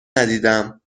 ندیدم